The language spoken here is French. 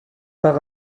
par